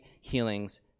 healings